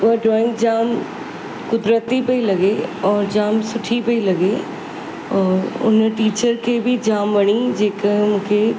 उहा ड्रॉइंग जाम कुदरती पई लॻे ऐं जाम सुठी पई लॻे अ उन टीचर खे बि जाम वणी जेका मूंखे